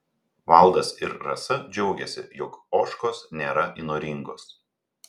valdas ir rasa džiaugiasi jog ožkos nėra įnoringos